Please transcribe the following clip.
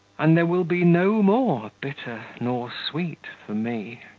and there will be no more bitter nor sweet for me.